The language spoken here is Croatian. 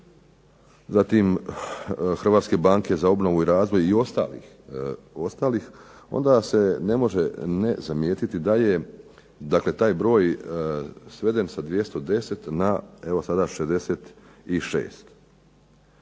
Hrvatske banke za obnovu i razvoj i ostalih onda se ne može ne zamijetiti da je taj broj sveden sa 210 na evo